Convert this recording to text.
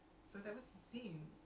okay okay